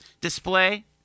display